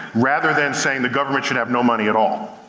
rather than saying the government should have no money at all.